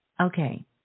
okay